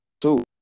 two